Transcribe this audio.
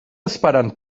esperant